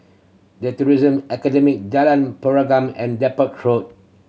The Tourism Academy Jalan Pergam and Depot